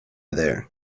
there